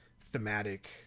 thematic